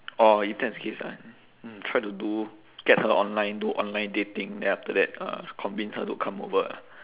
orh if that's the case ah mm try to do get her online do online dating then after that uh convince her to come over